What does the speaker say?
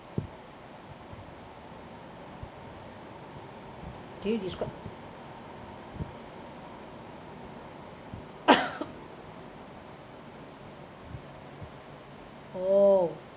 can you describe oh